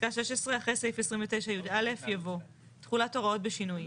פסקה 16. "אחרי סעיף 29 (י"א) יבוא תכולת הוראות ושינויים.